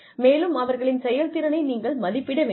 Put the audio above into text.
மேலும் அவர்களின் செயல்திறனை நீங்கள் மதிப்பிட வேண்டும்